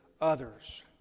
others